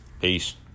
Peace